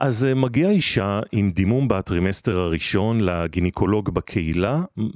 אז מגיעה אישה עם דימום בטרימסטר הראשון לגינקולוג בקהילה